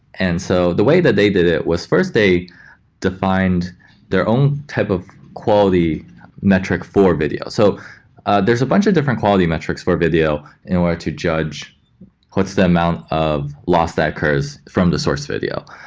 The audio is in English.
and so the way that they did it was first, they defined their own type of quality metric for video. so there's a bunch of different quality metrics for video in order to judge what's the amount of loss that occurs from the source video.